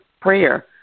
prayer